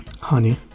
Honey